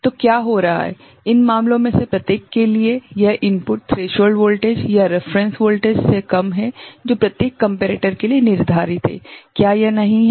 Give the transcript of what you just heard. तो क्या हो रहा है इन मामलों में से प्रत्येक के लिए यह इनपुट थ्रेशोल्ड वोल्टेज या रेफरेंस वोल्टेज से कम है जो प्रत्येक कम्पेरेटर के लिए निर्धारित है क्या यह नहीं है